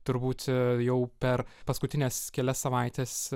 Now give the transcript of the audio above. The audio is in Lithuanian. turbūt jau per paskutines kelias savaites